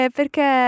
Perché